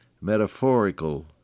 metaphorical